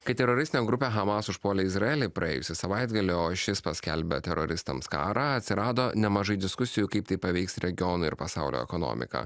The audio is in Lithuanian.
kai teroristinė grupė hamas užpuolė izraelį praėjusį savaitgalį o šis paskelbė teroristams karą atsirado nemažai diskusijų kaip tai paveiks regiono ir pasaulio ekonomiką